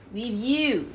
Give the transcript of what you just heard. with you